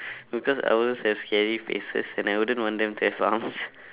because owls have scary faces and I wouldn't want them to have arms